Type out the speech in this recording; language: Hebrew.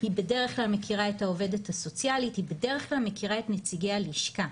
היא בדרך כלל מכירה את העו"סית היא בדרך כלל מכירה את נציגי הלשכה.